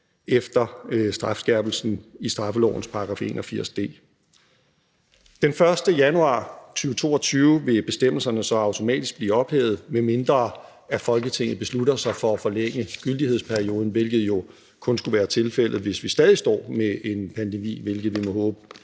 efter strafskærpelsen i straffelovens § 81 d. Den 1. januar 2022 vil bestemmelserne så automatisk blive ophævet, medmindre Folketinget beslutter sig for at forlænge gyldighedsperioden, hvilket jo kun skulle være tilfældet, hvis vi stadig står med en pandemi til den tid, hvilket vi må håbe